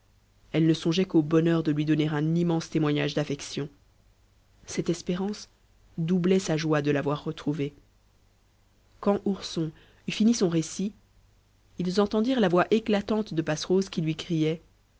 elle ne songeait qu'au bonheur de lui donner un immense témoignage d'affection cette espérance doublait sa joie de l'avoir retrouvé quand ourson eut fini son récit ils entendirent la vois éclatante de passerose qui lui criait